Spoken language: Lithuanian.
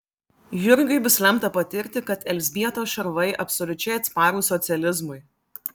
jurgiui bus lemta patirti kad elzbietos šarvai absoliučiai atsparūs socializmui